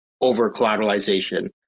over-collateralization